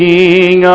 King